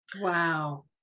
wow